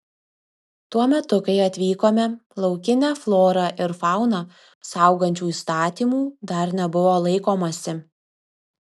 tuo metu kai atvykome laukinę florą ir fauną saugančių įstatymų dar nebuvo laikomasi